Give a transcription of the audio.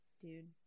dude